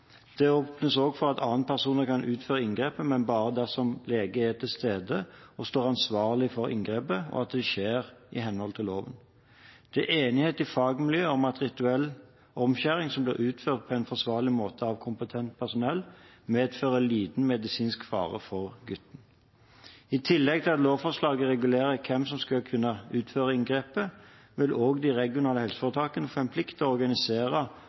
Det åpnes også for at andre personer kan utføre inngrepet, men bare dersom lege er til stede og står ansvarlig for inngrepet, og at dette skjer i henhold til loven. Det er enighet i fagmiljøene om at rituell omskjæring som blir utført på en forsvarlig måte av kompetent personell, medfører liten medisinsk fare for gutten. I tillegg til at lovforslaget regulerer hvem som skal kunne utføre inngrepet, vil også de regionale helseforetakene få en plikt til å organisere